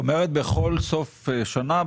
בכל סוף שנה,